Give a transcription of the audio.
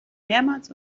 mehrmals